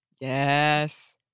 Yes